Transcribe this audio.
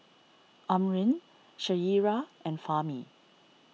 Amrin Syirah and Fahmi